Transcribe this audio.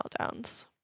meltdowns